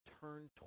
Turn